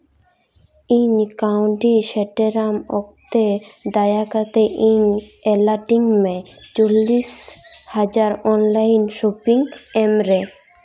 ᱤᱧ ᱠᱟ ᱣᱰᱤ ᱥᱮᱴᱮᱨᱟᱢ ᱚᱠᱛᱮ ᱫᱟᱭᱟ ᱠᱟᱛᱮᱫ ᱤᱧ ᱮᱞᱟᱴᱤᱧ ᱢᱮ ᱪᱚᱞᱞᱤᱥ ᱦᱟᱡᱟᱨ ᱚᱱᱞᱟᱭᱤᱱ ᱥᱚᱯᱤᱝ ᱮᱢ ᱨᱮ